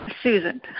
Susan